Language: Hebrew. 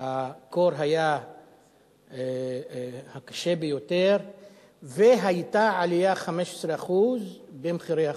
הקור היה הקשה ביותר והיתה עלייה של 15% במחירי החשמל.